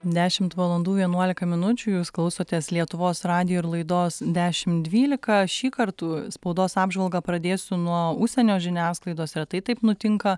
dešimt valandų vienuolika minučių jūs klausotės lietuvos radijo ir laidos dešim dvylika šį kartų spaudos apžvalgą pradėsiu nuo užsienio žiniasklaidos retai taip nutinka